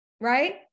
Right